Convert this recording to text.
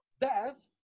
death